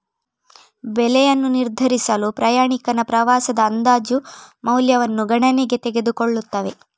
ಬೆಲೆಯನ್ನು ನಿರ್ಧರಿಸಲು ಪ್ರಯಾಣಿಕನ ಪ್ರವಾಸದ ಅಂದಾಜು ಮೌಲ್ಯವನ್ನು ಗಣನೆಗೆ ತೆಗೆದುಕೊಳ್ಳುತ್ತವೆ